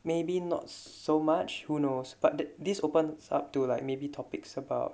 maybe not so much who knows but that this opens up to like maybe topics about